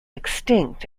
extinct